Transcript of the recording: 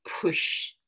push